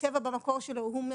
הטבע במקור שלנו הוא זה